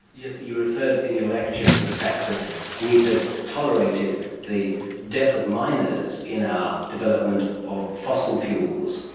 yes, you referred in your lecture to the fact that we had tolerated the death of miners in our development of fossil fuels,